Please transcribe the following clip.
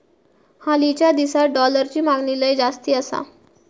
हालीच्या दिसात डॉलरची मागणी लय जास्ती आसा